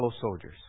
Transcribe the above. soldiers